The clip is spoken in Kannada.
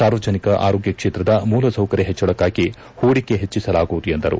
ಸಾರ್ವಜನಿಕ ಆರೋಗ್ಯ ಕ್ಷೇತ್ರದ ಮೂಲ ಸೌಕರ್ಯ ಹೆಚ್ಚಳಕ್ಕಾಗಿ ಹೂಡಿಕೆ ಹೆಚ್ಚಿಸಲಾಗುವುದು ಎಂದರು